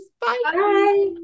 Bye